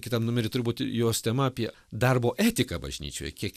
kitam numery turi būt jos tema apie darbo etiką bažnyčioje kiek